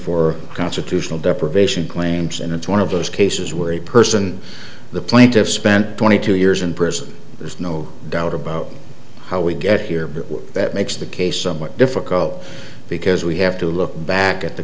for constitutional deprivation claims and it's one of those cases where a person the plaintiff spent twenty two years in prison there's no doubt about how we get here but that makes the case somewhat difficult because we have to look back at the